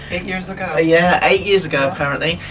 but eight years ago. yeah, eight years ago, apparently.